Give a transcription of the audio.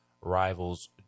rivals